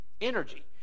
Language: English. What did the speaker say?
energy